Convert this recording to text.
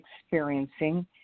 experiencing